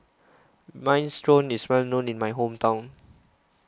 Minestrone is well known in my hometown